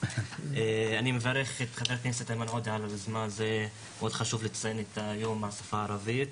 אני רואה המון דברים שעושים לטובת החברה הערבית,